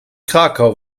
krakau